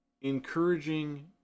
encouraging